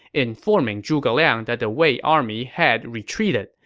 informing zhuge liang that the wei army had retreated,